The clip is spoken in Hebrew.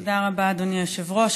תודה רבה, אדוני היושב-ראש.